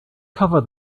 cover